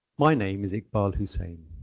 my name is iqbal hussein